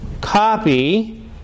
copy